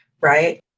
right